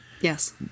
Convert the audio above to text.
Yes